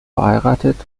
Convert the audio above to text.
verheiratet